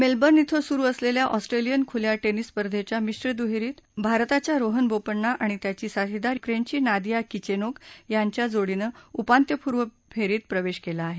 Melbourne इथं सुरू असलेल्या ऑस्ट्रेलियन खुल्या टेनिस स्पर्धेच्या मिश्र दुहेरीत भारताच्या रोहन बोपण्णा आणि त्याची साथीदार युक्रेनची नादिया किचेनोक यांच्या जोडीनं उपांत्यपूर्व फेरीत प्रवेश केला आहे